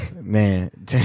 Man